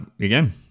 again